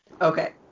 Okay